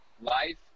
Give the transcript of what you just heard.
life